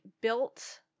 built